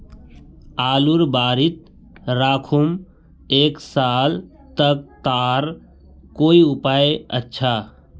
आलूर बारित राखुम एक साल तक तार कोई उपाय अच्छा?